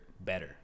better